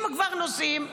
אם כבר נוסעים,